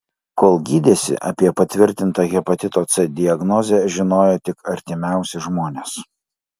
kol gydėsi apie patvirtintą hepatito c diagnozę žinojo tik artimiausi žmonės